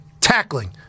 Tackling